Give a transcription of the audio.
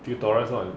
tutorials 是 on